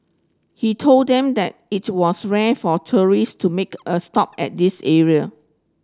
he told them that it was rare for tourist to make a stop at this area